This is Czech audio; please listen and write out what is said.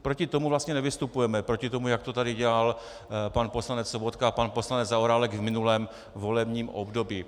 Proti tomu vlastně my nevystupujeme, proti tomu, jak to tady dělal pan poslanec Sobotka a pan poslanec Zaorálek v minulém volebním období.